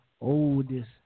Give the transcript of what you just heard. oldest